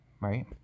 right